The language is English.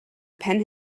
pen